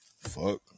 Fuck